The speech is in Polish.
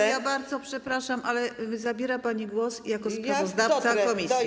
Pani poseł, bardzo przepraszam, ale zabiera pani głos jako sprawozdawca komisji.